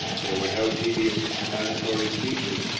there were no tedious explanatory speeches,